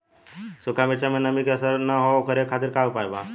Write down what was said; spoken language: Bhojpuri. सूखा मिर्चा में नमी के असर न हो ओकरे खातीर का उपाय बा?